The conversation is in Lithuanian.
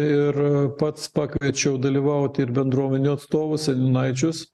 ir pats pakviečiau dalyvauti ir bendruomenių atstovus seniūnaičius